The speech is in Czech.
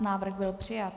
Návrh byl přijat.